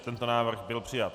Tento návrh byl přijat.